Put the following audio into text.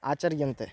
आचर्यन्ते